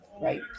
right